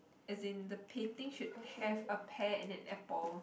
as in the painting should have a pear and an apple